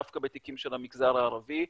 דווקא בתיקים של המגזר הערבי,